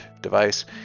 device